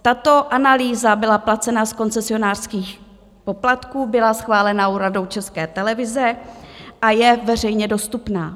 Tato analýza byla placena z koncesionářských poplatků, byla schválena Radou České televize a je veřejně dostupná.